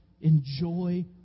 enjoy